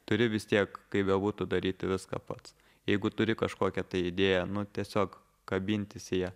turi vis tiek kaip bebūtų daryti viską pats jeigu turi kažkokią tai idėją nu tiesiog kabintis į ją